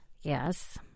Yes